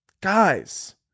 Guys